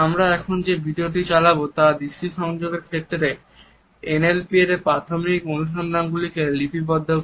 আমরা এখন যে ভিডিওটি চালাবো তা দৃষ্টি সংযোগের ক্ষেত্রে এন এল পি এর প্রাথমিক অনুসন্ধানগুলিকে লিপিবদ্ধ করে